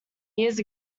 years